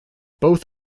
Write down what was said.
both